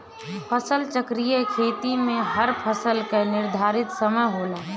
फसल चक्रीय खेती में हर फसल कअ निर्धारित समय होला